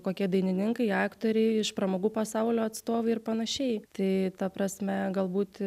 kokie dainininkai aktoriai iš pramogų pasaulio atstovai ir panašiai tai ta prasme galbūt